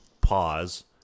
pause